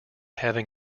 having